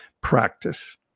practice